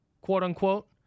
quote-unquote